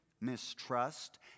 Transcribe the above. mistrust